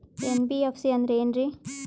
NBFC ಅಂದ್ರ ಏನ್ರೀ?